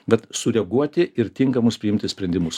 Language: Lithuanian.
bet sureaguoti ir tinkamus priimtus sprendimus